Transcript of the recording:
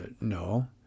No